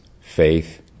faith